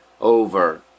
Over